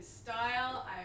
style